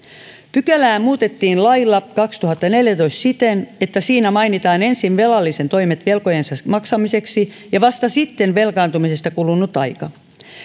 pykälää muutettiin lailla vuonna kaksituhattaneljätoista siten että siinä mainitaan ensin velallisen toimet velkojensa maksamiseksi ja vasta sitten velkaantumisesta kulunut aika